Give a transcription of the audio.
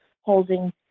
holding